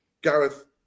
Gareth